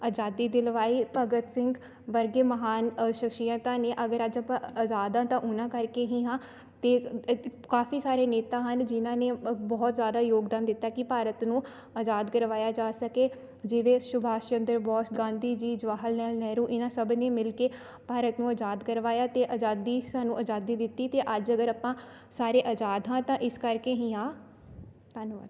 ਆਜ਼ਾਦੀ ਦਿਲਵਾਈ ਭਗਤ ਸਿੰਘ ਵਰਗੇ ਮਹਾਨ ਸ਼ਖਸੀਅਤਾਂ ਨੇ ਅਗਰ ਅੱਜ ਆਪਾਂ ਆਜ਼ਾਦ ਹਾਂ ਤਾਂ ਉਹਨਾਂ ਕਰਕੇ ਹੀ ਹਾਂ ਅਤੇ ਕਾਫੀ ਸਾਰੇ ਨੇਤਾ ਹਨ ਜਿਨ੍ਹਾਂ ਨੇ ਅ ਬਹੁਤ ਜ਼ਿਆਦਾ ਯੋਗਦਾਨ ਦਿੱਤਾ ਕਿ ਭਾਰਤ ਨੂੰ ਆਜ਼ਾਦ ਕਰਵਾਇਆ ਜਾ ਸਕੇ ਜਿਵੇਂ ਸੁਭਾਸ਼ ਚੰਦਰ ਬੋਸ ਗਾਂਧੀ ਜੀ ਜਵਾਹਰ ਲਾਲ ਨਹਿਰੂ ਇਹਨਾਂ ਸਭ ਨੇ ਮਿਲ ਕੇ ਭਾਰਤ ਨੂੰ ਆਜ਼ਾਦ ਕਰਵਾਇਆ ਅਤੇ ਆਜ਼ਾਦੀ ਸਾਨੂੰ ਆਜ਼ਾਦੀ ਦਿੱਤੀ ਅਤੇ ਅੱਜ ਅਗਰ ਆਪਾਂ ਸਾਰੇ ਆਜ਼ਾਦ ਹਾਂ ਤਾਂ ਇਸ ਕਰਕੇ ਹੀ ਹਾਂ ਧੰਨਵਾਦ